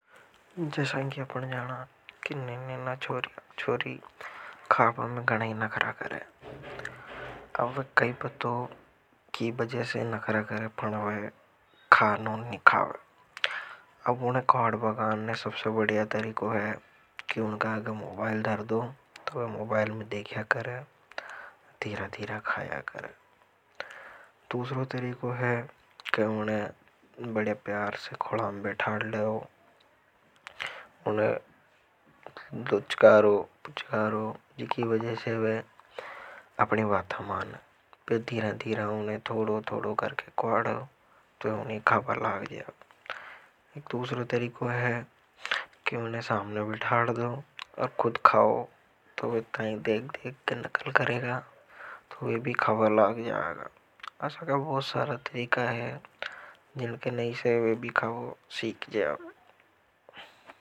जैसा कि अपन जाना कि नेनेना छोरी छोरी खाबा में गणाई नखरा करें। अब वे कई पतो की बज़े से नखरा करें पड़वे खानो नहीं खावे। अब उन्हें खेवड़ाबा कानेे सबसे बढ़िया तरीको है। कि उनका अग मोबाइल दर दो तो वे मोबाइल में देखिया करें तीरा तीरा खाया करें। दूसरों तरीको है, कि उन्हें बड़े प्यार से खोला में बेठाड़ लें और उन्हें दुज़कारों पुछकारों जिकी वजह से वे अपनी वात्तमान है तो दीरा-दीरा। तो उन्हें थोड़ों-थोड़ों करके क्वाड़ों तो उन्हें खबा लाग जाएगा एक दूसरे तरीकों है कि उन्हें सामने भी ठाड़ दो और खुद खाओ तो। तरीके देख-देख करेगा तो वह भी खबा लाग जाएगा अच्छा का बहुत सारा तरीका है जिनके नहीं से वे भी खबा सीख जावे।